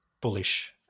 bullish